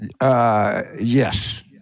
Yes